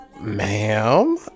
Ma'am